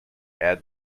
add